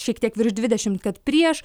šiek tiek virš dvidešimt kad prieš